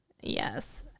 yes